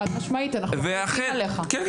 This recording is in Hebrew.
חד משמעית, אנחנו